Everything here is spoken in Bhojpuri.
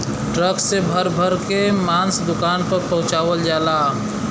ट्रक से भर भर के मांस दुकान पर पहुंचवाल जाला